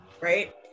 Right